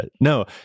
No